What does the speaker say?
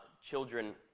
children